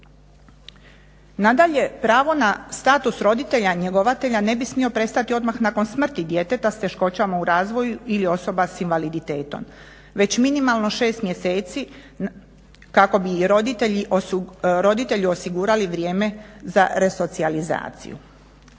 Nadalje, pravo na status roditelja njegovatelja ne bi smio prestati odmah nakon smrti djeteta s teškoćama u razvoju ili osoba s invaliditetom, već minimalno 6 mjeseci kako bi roditelju osigurali vrijeme za resocijalizaciju.